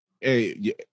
hey